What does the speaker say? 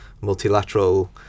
multilateral